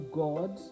god